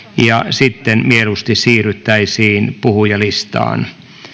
ja sitten mieluusti siirryttäisiin puhujalistaan